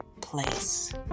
place